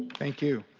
thank you.